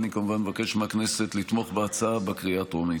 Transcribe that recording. אני כמובן מבקש מהכנסת לתמוך בהצעה בקריאה הטרומית.